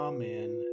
Amen